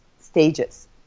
stages